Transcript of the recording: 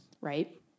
right